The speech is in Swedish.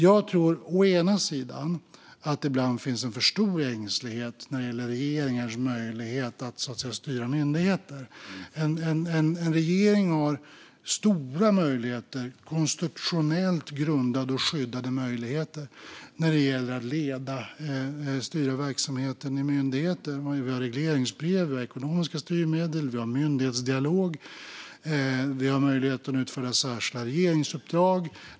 Jag tror att det ibland finns en för stor ängslighet när det gäller regeringars möjlighet att styra myndigheter. En regering har stora, konstitutionellt grundade och skyddade möjligheter när det gäller att leda och styra verksamheten i myndigheter. Vi har regleringsbrev, ekonomiska styrmedel och myndighetsdialog, och vi har möjlighet att utföra särskilda regeringsuppdrag.